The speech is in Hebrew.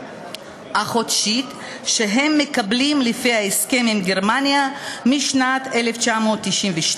החודשית שהם מקבלים לפי ההסכם עם גרמניה משנת 1992,